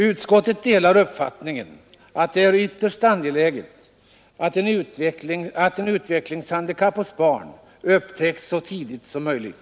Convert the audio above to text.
Utskottet ”delar uppfattningen att det är ytterst angeläget att ett utvecklingshandikapp hos barn upptäcks så tidigt som möjligt”.